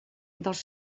dels